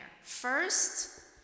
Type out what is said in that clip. First